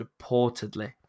reportedly